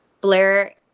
Blair